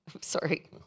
Sorry